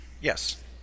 Yes